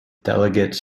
delegates